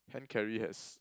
hand carry has